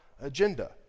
agenda